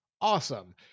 awesome